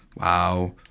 wow